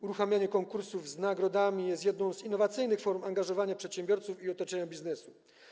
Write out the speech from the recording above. Uruchamianie konkursów z nagrodami jest jedną z innowacyjnych form angażowania przedsiębiorców i otoczenia biznesu.